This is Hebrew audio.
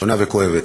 שונה וכואבת.